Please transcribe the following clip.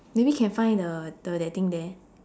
maybe can find the the that thing there